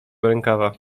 rękawa